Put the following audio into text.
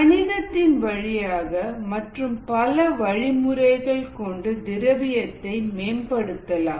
கணிதத்தின் வழியாக மற்றும் பல வழிமுறைகள் கொண்டு திரவியத்தை மேம்படுத்தலாம்